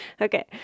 Okay